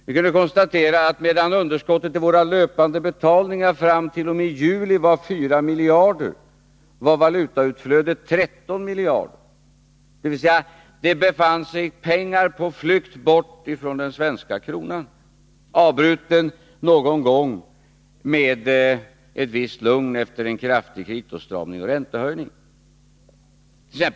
Vi kunde konstatera att medan underskottet i våra löpande betalningar fram t.o.m. juli var 4 miljarder, var valutautflödet 13 miljarder, dvs. det befann sig pengar på flykt bort från den svenska valutamarknaden med ett avbrott någon gång, med ett visst lugn efter en kraftig kreditåtstramning och räntehöjning. Situationen it.